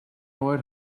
oer